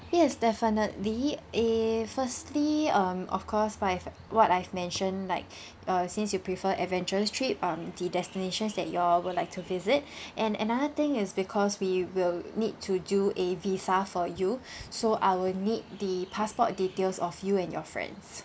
yes definitely eh firstly um of course like what I've mentioned like uh since you prefer adventurous trip um the destinations that you all would like to visit and another thing is because we will need to do a visa for you so I'll need the passport details of you and your friends